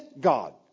God